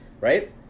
right